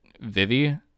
Vivi